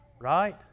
Right